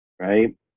right